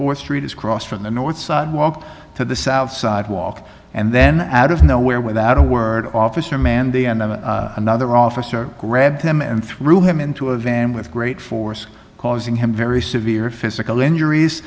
fourth street has crossed from the north sidewalk to the south sidewalk and then out of nowhere without a word officer mandi and then another officer grabbed him and threw him into a van with great force causing him very severe physical injuries